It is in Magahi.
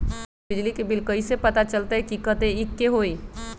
हमर बिजली के बिल कैसे पता चलतै की कतेइक के होई?